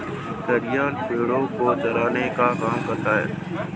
गड़ेरिया भेड़ो को चराने का काम करता है